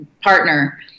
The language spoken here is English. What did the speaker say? partner